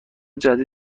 جدید